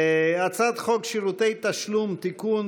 הצעת חוק שירותי תשלום (תיקון)